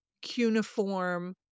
cuneiform